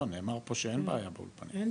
לא, נאמר פה שאין בעיה באולפנים.